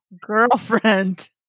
girlfriend